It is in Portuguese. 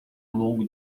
longo